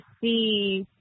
see